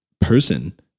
person